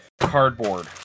cardboard